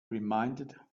reminded